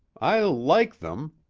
i like them.